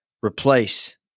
replace